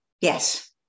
yes